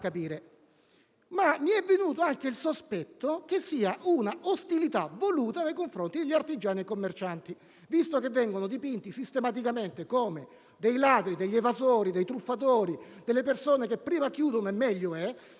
Mi è venuto anche il sospetto che sia un'ostilità voluta nei confronti di artigiani e commercianti, visto che vengono dipinti sistematicamente come ladri, evasori, truffatori, persone che prima chiudono e meglio è. E allora